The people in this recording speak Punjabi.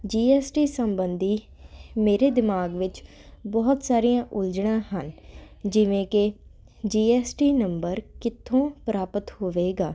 ਜੀਐਸਟੀ ਸਬੰਧੀ ਮੇਰੇ ਦਿਮਾਗ ਵਿੱਚ ਬਹੁਤ ਸਾਰੀਆਂ ਉਲਝਣਾਂ ਹਨ ਜਿਵੇਂ ਕਿ ਜੀਐਸਟੀ ਨੰਬਰ ਕਿੱਥੋਂ ਪ੍ਰਾਪਤ ਹੋਵੇਗਾ